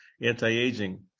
anti-aging